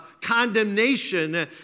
condemnation